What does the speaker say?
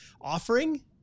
offering